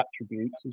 attributes